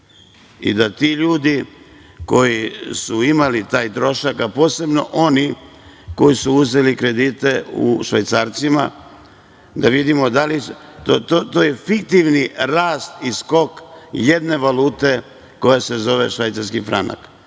i da ti ljudi koji su imali taj trošak, a posebno oni koji su uzeli kredite u švajcarcima, da vidimo da li, to je fiktivni rast i skok jedne valute koja se švajcarski franak. Nijedna